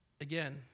Again